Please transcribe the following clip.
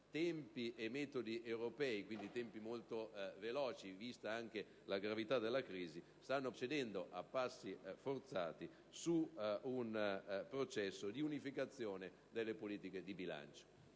tempi e metodi europei - quindi molto veloci, vista anche la gravità della crisi - stanno procedendo a passi forzati su un processo di unificazione delle politiche di bilancio.